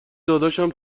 داداشم